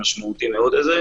המשמעותי מאוד הזה,